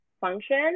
function